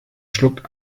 schluckt